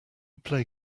play